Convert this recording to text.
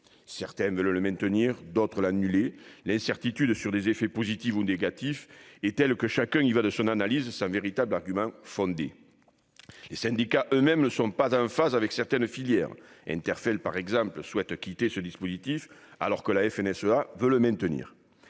Certains veulent le maintenir, d'autres l'annuler ... L'incertitude sur ses effets positifs ou négatifs est telle que chacun y va de son analyse, sans véritable argument fondé. Les syndicats eux-mêmes ne sont pas en phase avec certaines filières. L'interprofession des fruits et légumes frais, Interfel, souhaite quitter ce dispositif alors que la Fédération nationale